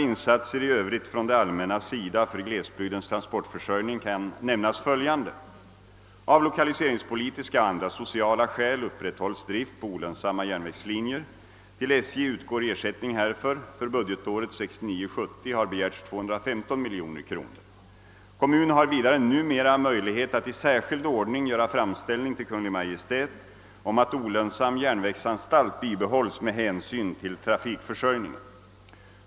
det allmänna för glesbygdens transportförsörjning kan nämnas följande. Av lokaliseringspolitiska och andra sociala skäl upprätthålls drift på olönsamma järnvägslinjer. Till SJ utgår ersättning härför. För budgetåret 1969/70 har begärts 215 miljoner kronor. Kommun har vidare numera möjlighet att i särskild ordning göra framställning till Kungl. Maj:t om att olönsam järnvägsanstalt bibehålls med hänsyn till trafikförsörjningen.